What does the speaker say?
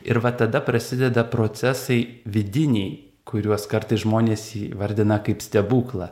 ir va tada prasideda procesai vidiniai kuriuos kartais žmonės įvardina kaip stebuklą